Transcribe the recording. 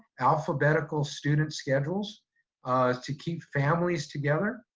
alphabetical student schedules to keep families together.